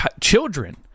children